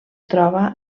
troba